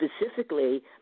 specifically